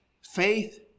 faith